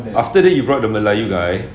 after that you brought the melayu guy